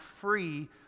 free